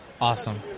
Awesome